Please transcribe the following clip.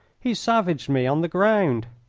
he savaged me on the ground.